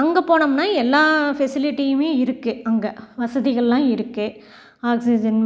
அங்கே போனோம்னால் எல்லா ஃபெசிலிட்டியுமே இருக்குது அங்கே வசதிகளெலாம் இருக்குது ஆக்சிஜன்